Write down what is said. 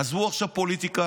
עזבו עכשיו פוליטיקה,